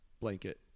blanket